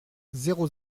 zéro